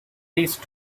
these